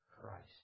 Christ